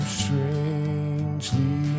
strangely